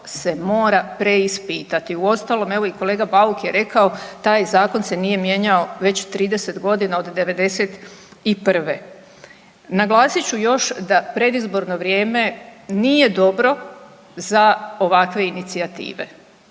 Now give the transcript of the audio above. se mora preispitati. Uostalom evo i kolega Bauk je rekao taj zakon se nije mijenjao već 30 godina od '91. Naglasit ću još da predizborno vrijeme nije dobro za ovakve inicijative.